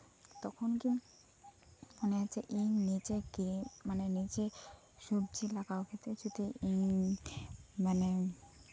ᱩᱱᱠᱷᱚᱱ ᱜᱤᱧ ᱢᱚᱱᱮᱭᱟ ᱡᱮ ᱤᱧ ᱱᱤᱡᱮ ᱜᱮ ᱢᱟᱱᱮ ᱱᱤᱡᱮ ᱥᱚᱵᱡᱤ ᱞᱟᱜᱟᱣ ᱠᱟᱛᱮ ᱡᱩᱫᱤ ᱤᱧᱤᱧ ᱢᱟᱱᱮ